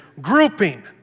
grouping